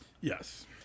Yes